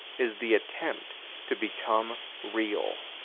is the attempt to become real.